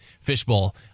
fishbowl